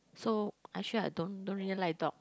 so actually I don't don't really like dog